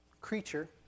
creature